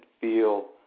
feel